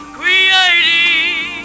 creating